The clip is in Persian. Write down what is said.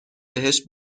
بهش